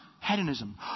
hedonism